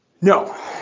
No